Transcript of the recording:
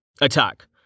Attack